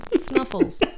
snuffles